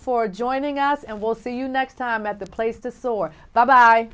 for joining us and we'll see you next time at the place to soar bye bye